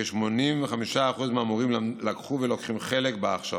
וכ-85% מהמורים לקחו ולוקחים חלק בהכשרה.